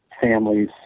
families